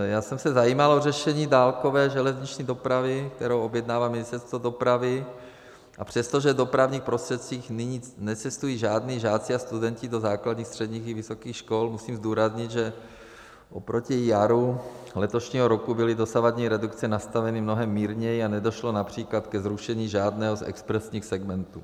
Já jsem se zajímal o řešení dálkové železniční dopravy, kterou objednává Ministerstvo dopravy, a přestože v dopravních prostředcích nyní necestují žádní žáci a studenti do základních, středních i vysokých škol, musím zdůraznit, že oproti jaru letošního roku byly dosavadní redukce nastaveny mnohem mírněji a nedošlo například ke zrušení žádného z expresních segmentů.